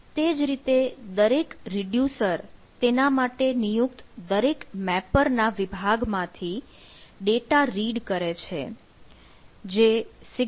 તે જ રીતે દરેક રિડ્યુસર તેના માટે નિયુક્ત દરેક મેપરના વિભાગમાંથી ડેટા રીડ કરે છે જે σDP2છે